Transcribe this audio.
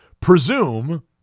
presume